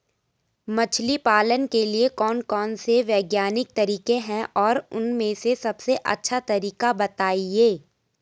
मछली पालन के लिए कौन कौन से वैज्ञानिक तरीके हैं और उन में से सबसे अच्छा तरीका बतायें?